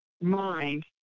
mind